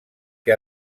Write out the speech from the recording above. que